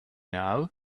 now